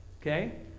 Okay